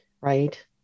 Right